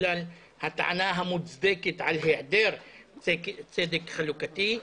בגלל הטענה המוצדקת על היעדר צדק חלוקתי.